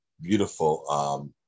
Beautiful